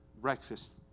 breakfast